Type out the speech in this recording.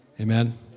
Amen